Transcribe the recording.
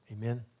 Amen